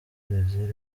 brezil